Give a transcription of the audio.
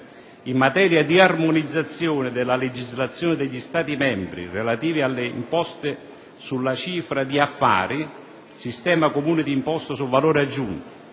in materia di «Armonizzazione della legislazione degli Stati membri relativa alle imposte sulla cifra di affari - Sistema comune di imposta sul valore aggiunto: